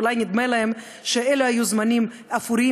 אולי נדמה שאלה היו זמנים אפורים,